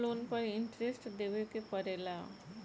सब लोन पर इन्टरेस्ट देवे के पड़ेला?